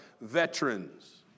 veterans